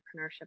entrepreneurship